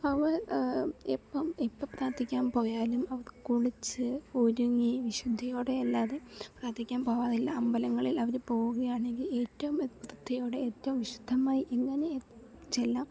അവർ എപ്പം എപ്പം പ്രാർത്ഥിക്കാൻ പോയാലും അവർക്ക് കുളിച്ച് ഒരുങ്ങി വിശുദ്ധിയോടെ അല്ലാതെ പ്രാർത്ഥിക്കാൻ പോവാറില്ല അമ്പലങ്ങളിൽ അവർ പോവുകയാണെങ്കിൽ ഏറ്റവും വൃത്തിയോടെ ഏറ്റവും വിശുദ്ധമായി ഇങ്ങനെ ചെല്ലാം